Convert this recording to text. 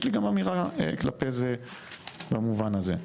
יש לי גם אמירה כלפי זה במובן הזה.